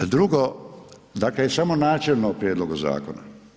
Drugo, dakle, samo načelno o prijedlogu zakona.